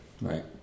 Right